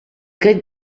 good